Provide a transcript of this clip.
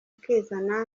akizana